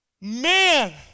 man